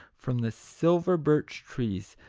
from the silver birch-trees,